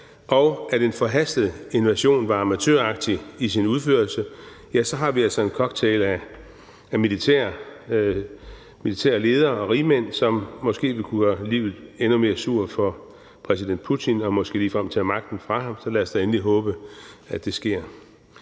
og at en forhastet invasion var amatøragtig i sin udførelse, har vi altså en cocktail af militære ledere og rigmænd, som måske vil kunne gøre livet endnu mere surt for præsident Putin og måske ligefrem tage magten fra ham. Så lad os da endelig håbe, at det sker.